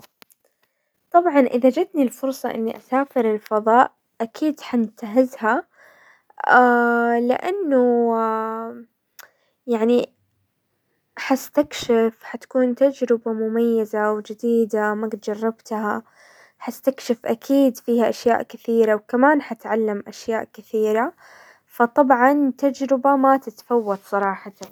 طبعا اذا جتني الفرصة اني اسافر الفضاء اكيد حنتهزها، لانه يعني حستكشف، حتكون تجربة مميزة وجديدة ما جربتها، حستكشف اكيد فيها اشياء كثيرة، وكمان حتعلم اشياء كثيرة، فطبعا تجربة ما تتفوت صراحة.